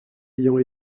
ayant